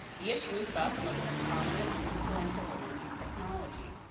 the issue is about the most prominent and influential women in technology.